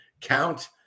count